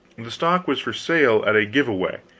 the stock was for sale at a give-away.